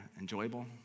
enjoyable